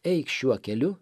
eik šiuo keliu